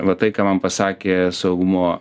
va tai ką man pasakė saugumo